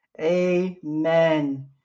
Amen